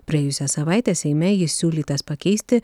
praėjusią savaitę seime jis siūlytas pakeisti